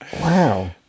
Wow